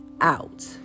out